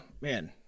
man